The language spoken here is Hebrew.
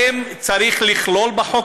השופט